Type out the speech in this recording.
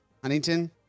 Huntington